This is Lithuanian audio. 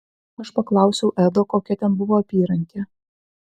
aš paklausiau edo kokia ten buvo apyrankė